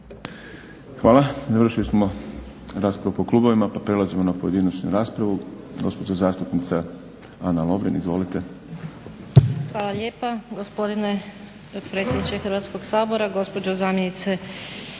Hvala. Završili smo raspravu po klubovima pa prelazimo na pojedinačnu raspravu. Gospođa zastupnica Ana Lovrin, izvolite. **Lovrin, Ana (HDZ)** Hvala lijepa gospodine predsjedniče Hrvatskog sabora. Gospođo zamjenice